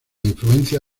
influencia